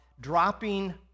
dropping